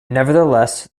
nevertheless